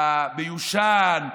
המיושן,